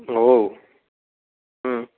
ओ